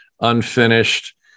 unfinished